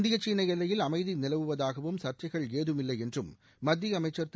இந்திய சீன எல்லையில் அமைதி நிலவுவதாகவும் சர்ச்சைகள் ஏதுமில்லை என்றும் மத்திய அமைச்சர் திரு